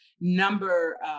number